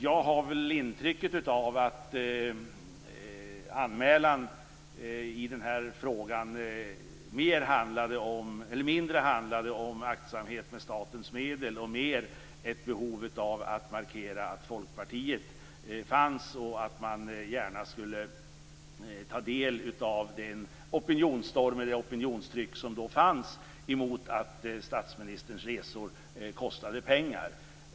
Jag har intrycket av att anmälan i den här frågan mindre handlade om aktsamhet om statens medel och mer om ett behov av att markera att Folkpartiet fanns och att man gärna ville ta del av det opinionstryck som då fanns emot att statsministerns resor kostade pengar.